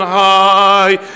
high